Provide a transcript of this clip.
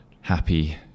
happy